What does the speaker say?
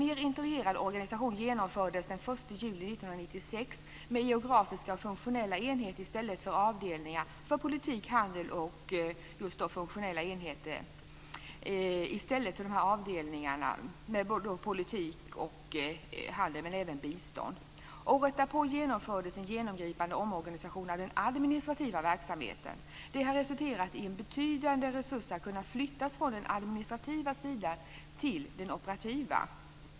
1 juli 1996 med geografiska och funktionella enheter i stället för avdelningar för politik, handel och bistånd. Året därpå genomfördes en genomgripande omorganisation av den administrativa verksamheten. Det har resulterat i att betydande resurser har kunnat flyttas från den administrativa sidan till den operativa.